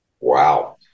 Wow